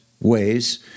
ways